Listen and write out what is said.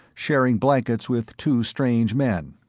sharing blankets with two strange men.